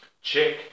check